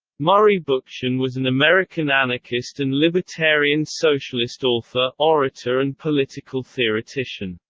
murray bookchin was an american anarchist and libertarian socialist author, orator and political theoretician.